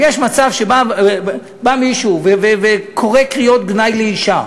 אם יש מצב שבא מישהו וקורא קריאות גנאי לאישה,